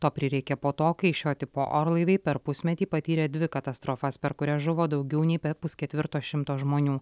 to prireikė po to kai šio tipo orlaiviai per pusmetį patyrė dvi katastrofas per kurias žuvo daugiau nei per pusketvirto šimto žmonių